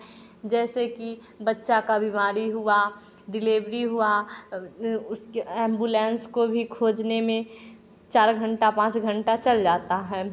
जैसे कि बच्चा का बीमारी हुआ डिलीवरी हुआ उसके एंबुलेंस को भी खोजने में चार घंटा पाँच घंटा चल जाता है